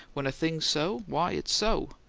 when a thing's so, why, it's so.